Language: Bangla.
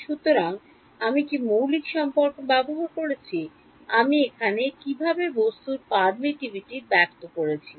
সুতরাং আমি কি মৌলিক সম্পর্ক ব্যবহার করেছি আমি এখানে কিভাবে বস্তুর permittivity ব্যক্ত করেছি